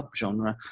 subgenre